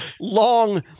long